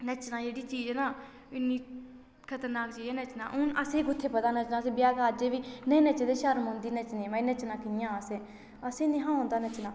नच्चना जेह्ड़ी चीज़ ऐ न इन्नी खतरनाक चीज़ ऐ नच्चना हून असेंई कुत्थै पता नच्चना अस ब्याह् कारज बी नेईं नच्चदे शर्म औंदी नच्चने माए नच्चना कियां असें असें नेईं हा औंदा नच्चना